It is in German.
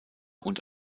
und